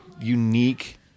unique